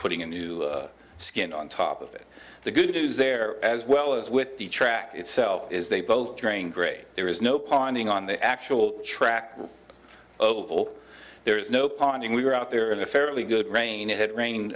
putting a new skin on top of it the good it is there as well as with the track itself is they both drain great there is no ponding on the actual track oval there is no pond and we were out there in a fairly good rain it had rained